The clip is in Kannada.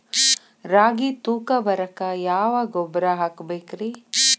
ರಾಗಿ ತೂಕ ಬರಕ್ಕ ಯಾವ ಗೊಬ್ಬರ ಹಾಕಬೇಕ್ರಿ?